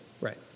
Right